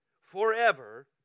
forever